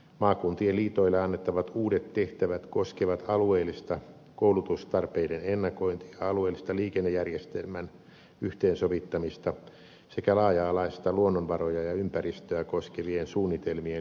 maakuntien liitoille annettavat uudet tehtävät koskevat alueellista koulutustarpeiden ennakointia alueellista liikennejärjestelmäsuunnitelman yhteensovittamista sekä laaja alaista luonnonvaroja ja ympäristöä koskevien suunnitelmien yhteensovittamista